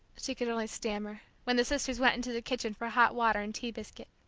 she could only stammer, when the sisters went into the kitchen for hot water and tea biscuit.